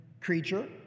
creature